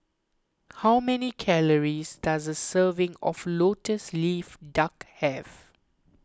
how many calories does a serving of Lotus Leaf Duck have